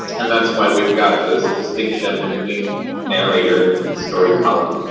and that's why we've got this distinction between narrator and storyteller.